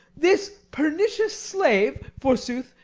this pernicious slave, forsooth,